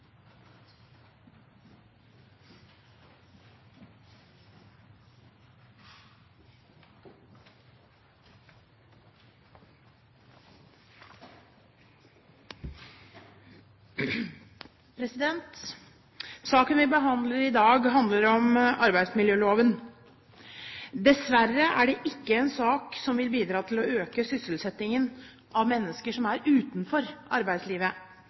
det ikke en sak som vil bidra til å øke sysselsettingen av mennesker som er utenfor arbeidslivet,